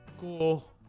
Cool